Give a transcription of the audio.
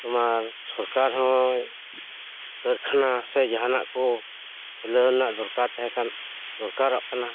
ᱛᱳᱢᱟᱨ ᱥᱚᱨᱠᱟᱨ ᱦᱚᱸᱭ ᱠᱟᱹᱨᱠᱷᱟᱱᱟ ᱥᱮ ᱡᱟᱦᱟᱱᱟᱜ ᱠᱚ ᱠᱷᱩᱞᱟᱹᱣ ᱨᱮᱱᱟᱜ ᱫᱚᱨᱠᱟᱨ ᱛᱟᱦᱮᱸᱠᱟᱱ ᱫᱚᱨᱠᱟᱨᱚᱜ ᱠᱟᱱᱟ